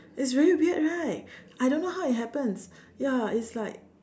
it's very weird right I don't know how it happens ya it's like